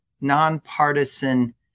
nonpartisan